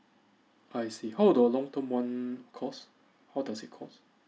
I see how do a long term one cost how does it cost